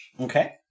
Okay